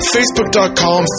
Facebook.com